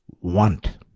want